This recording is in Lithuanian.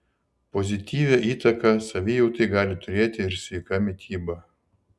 pozityvią įtaką savijautai gali turėti ir sveika mityba